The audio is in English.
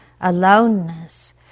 aloneness